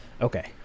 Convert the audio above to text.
Okay